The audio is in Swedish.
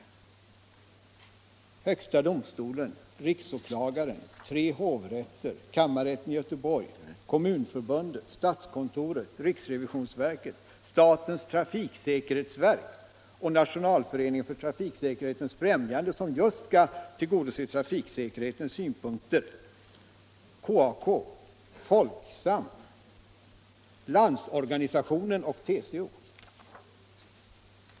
Det är högsta domstolen, riksåklagaren, tre hovrätter, kammarrätten i Göteborg, Kommunförbundet, statskontoret, riksrevisionsverket, statens trafiksäkerhetsverk och Nationalföreningen för trafiksäkerhetens främjande, som just skall tillgodose trafiksäkerhetssynpunkter. Vidare KAK, Folksam, Landsorganisationen och TCO.